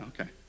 okay